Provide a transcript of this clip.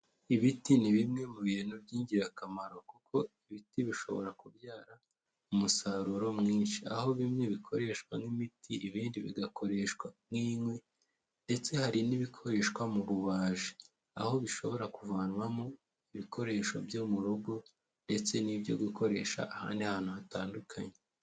Ibiti ni bimwe mu bintu by'ingirakamaro kuko ibiti bishobora kubyara umusaruro mwinshi, aho bimwe bikoreshwa nk'imiti, ibindi bigakoreshwa nk'inkwi ndetse hari n'ibikoreshwa mu bubaji, aho bishobora kuvanwamo ibikoresho byo mu rugo ndetse n'ibyo gukoresha ahandi hantu hatandukanye.